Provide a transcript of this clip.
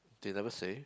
they never say